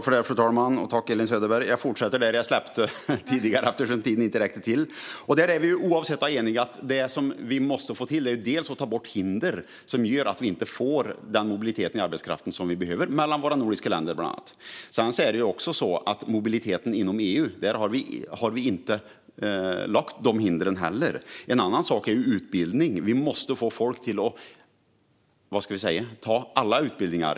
Fru talman! Jag fortsätter där jag slutade när tiden inte räckte till. Jag tror att vi är eniga i detta. Vad vi måste få till är att få bort hinder som gör att vi inte får den mobilitet i arbetskraften som behövs, bland annat mellan oss nordiska länder. Vi har heller inte lagt några hinder för mobiliteten inom EU. En annan sak är utbildning. Vi måste få folk att välja bland alla utbildningar.